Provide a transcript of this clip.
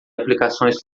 aplicações